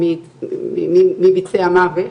מי ביצע מה ואיך?